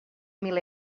mil